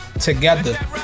together